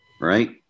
Right